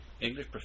English